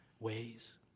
ways